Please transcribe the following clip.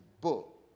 book